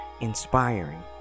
inspiring